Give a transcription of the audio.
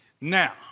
Now